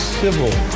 civil